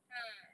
ah